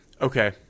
Okay